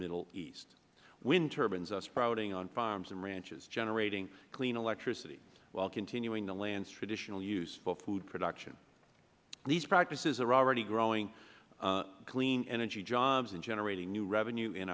middle east wind turbines are sprouting on farms and ranches generating clean electricity while continuing the land's traditional use for food production these practices are already growing clean energy jobs and generating new revenue in